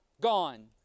Gone